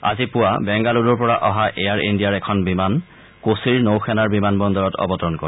আজি পুৱা বেংগালুৰুৰ পৰা অহা এয়াৰ ইণ্ডিয়াৰ এখন বিমান কোচিৰ নৌ সেনাৰ বিমান বন্দৰত অৱতৰণ কৰে